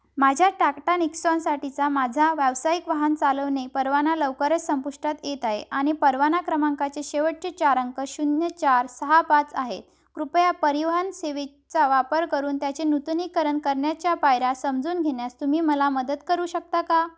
माझ्या टाटा निक्सॉनसाठीचा माझा व्यावसायिक वाहन चालवणे परवाना लवकर संपुष्टात येत आहे आणि परवाना क्रमांकाचे शेवटचे चार अंक शून्य चार सहा पाच आहे कृपया परिवहन सेवेचा वापर करून त्याचे नूतनीकरण करण्याच्या पायऱ्या समजून घेण्यास तुम्ही मला मदत करू शकता का